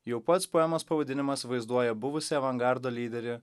jau pats poemos pavadinimas vaizduoja buvusį avangardo lyderį